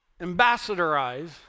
ambassadorize